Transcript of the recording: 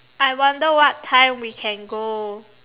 I wonder what time we can go